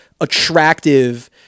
attractive